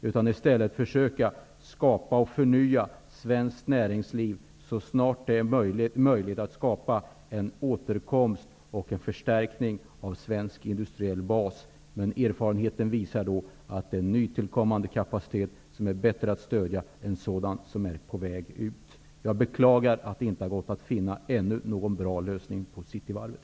I stället får vi försöka skapa och förnya svenskt näringsliv så snart det är möjligt att åstadkomma en återkomst och en förstärkning av svensk industriell bas. Men erfarenheter visar att det är bättre att stödja nytillkommande kapacitet än att stödja sådan som är på väg ut. Jag beklagar att det ännu inte gått att finna en bra lösning på Cityvarvet.